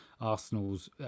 Arsenal's